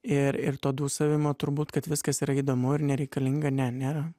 ir ir to dūsavimo turbūt kad viskas yra įdomu ir nereikalinga ne nėra